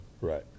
Right